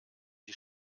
die